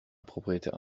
propriétaire